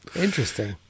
Interesting